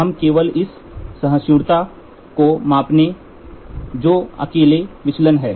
हम केवल इस सहिष्णुता को मापेंगे जो अकेले विचलन है